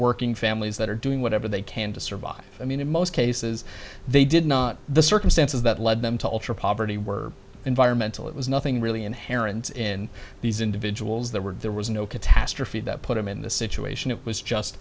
hardworking families that are doing whatever they can to survive i mean in most cases they did not the circumstances that led them to ultra poverty were environmental it was nothing really inherent in these individuals that were there was no catastrophe that put them in the situation it was just